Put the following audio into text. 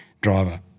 driver